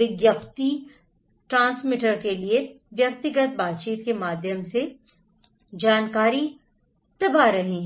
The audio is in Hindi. विज्ञप्ति ट्रांसमीटर के लिए व्यक्तिगत बातचीत के माध्यम से जानकारी दबा रहे हैं